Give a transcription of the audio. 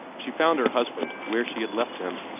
she found her husband where she had left him,